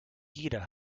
jeder